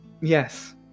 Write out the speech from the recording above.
Yes